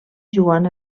joan